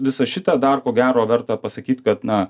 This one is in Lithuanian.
visą šitą dar ko gero verta pasakyt kad na